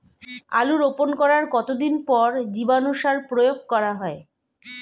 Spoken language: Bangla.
আলু রোপণ করার কতদিন পর জীবাণু সার প্রয়োগ করা হয়?